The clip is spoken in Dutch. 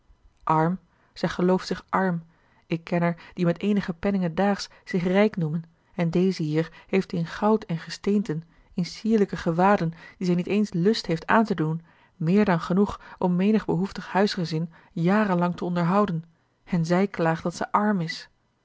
arm zij gelooft zich arm ik ken er die met eenige penningen daags zich rijk noemen en deze hier heeft in goud en gesteenten in sierlijke gewaden die zij niet eens lust heeft aan te doen meer dan genoeg om menig behoeftig huisgezin jarenlang te onderhouden en zij klaagt dat zij arm is